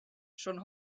schon